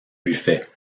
buffet